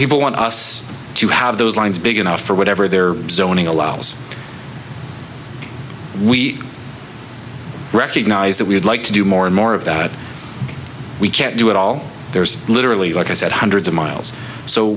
people want us to have those lines big enough for whatever their zoning allows we recognize that we would like to do more and more of that we can't do it all there's literally like i said hundreds of miles so